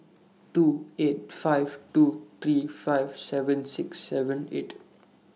two eight five two three five seven six seven eight